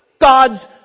God's